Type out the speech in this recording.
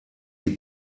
die